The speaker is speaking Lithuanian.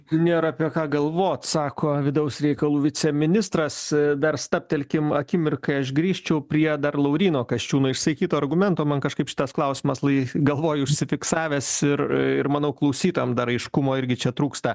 nėr apie ką galvot sako vidaus reikalų viceministras dar stabtelkim akimirkai aš grįžčiau prie dar lauryno kasčiūno išsakyto argumento man kažkaip šitas klausimas lai galvoj užsifiksavęs irir manau klausytojam dar aiškumo irgi čia trūksta